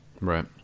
Right